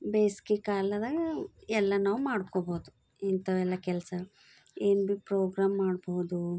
ಬೇಸ್ಗೆ ಕಾಲದಾಗ ಎಲ್ಲ ನಾವು ಮಾಡ್ಕೊಬೌದು ಇಂಥವೆಲ್ಲ ಕೆಲಸ ಏನು ಬಿ ಪ್ರೋಗ್ರಾಮ್ ಮಾಡ್ಬೌದು